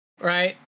right